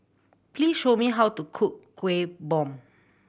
please tell me how to cook Kueh Bom